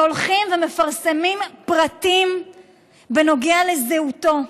שהולכים ומפרסמים פרטים בנוגע לזהותו.